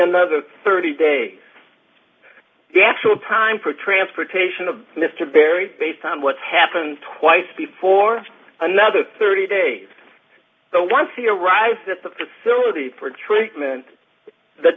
another thirty day the actual time for transportation of mr barry based on what's happened twice before another thirty days so once he arrives at the facility for treatment th